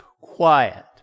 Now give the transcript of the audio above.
quiet